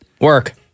work